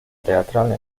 teatral